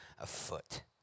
afoot